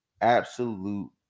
absolute